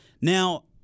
Now